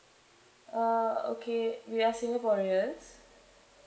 uh okay we are singaporeans